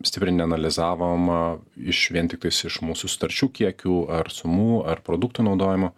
stipriai neanalizavom iš vien tiktais iš mūsų sutarčių kiekių ar sumų ar produktų naudojimo